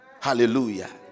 Hallelujah